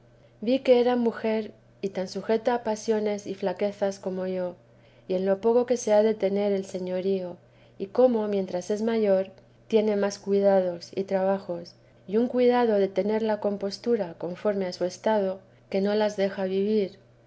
vi que era mujer y tan sujeta a pasiones y flaquezas como yo y en lo poco que se ha de tener el señorío y cómo mientras es mayor tiene más cuidados y trabajos y un cuidado de tener la compostura conforme a su estado que no las deja vivir